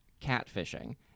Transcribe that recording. catfishing